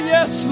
Yes